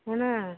అవునా